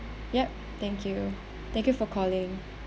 yup thank you thank you for calling